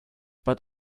but